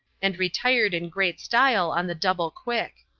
and retired in great style on the double-quick.